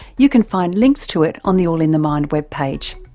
you can find links to it on the all in the mind webpage.